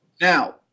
Now